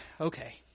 okay